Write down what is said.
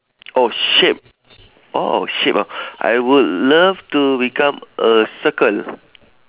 oh shape orh shape ah I would love to become a circle